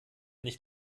nicht